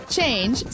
Change